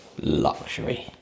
luxury